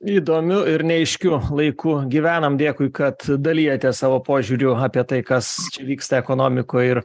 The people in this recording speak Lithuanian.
įdomiu ir neaiškiu laiku gyvenam dėkui kad dalijatės savo požiūriu apie tai kas vyksta ekonomikoj ir